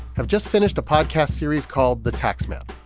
have just finished a podcast series called the taxman.